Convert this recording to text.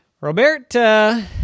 roberta